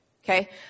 okay